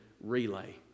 relay